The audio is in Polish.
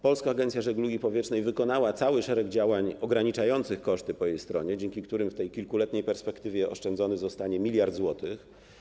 Polska Agencja Żeglugi Powietrznej wykonała cały szereg działań ograniczających koszty po jej stronie, dzięki którym w tej kilkuletniej perspektywie oszczędzony zostanie 1 mld zł.